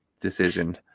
decision